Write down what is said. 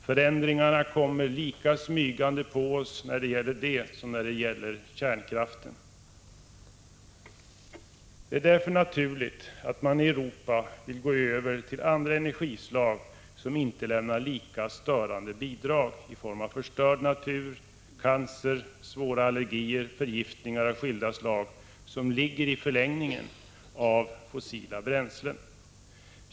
Förändringarna kommer lika smygande på oss när det gäller detta som när det gäller kärnkraften. Det är därför naturligt att man i Europa vill gå över till andra energislag som inte lämnar lika störande bidrag i form av förstörd natur, cancer, svåra allergier och förgiftningar av skilda slag som ligger i förlängningen av användningen av fossila bränslen.